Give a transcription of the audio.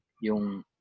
yung